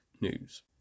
News